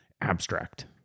abstract